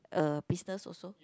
a business also